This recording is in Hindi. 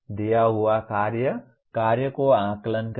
दिया हुआ कार्य कार्य को आकलन करें